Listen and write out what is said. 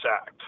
Act